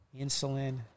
Insulin